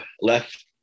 left